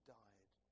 died